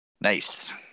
Nice